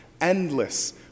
endless